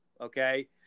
Okay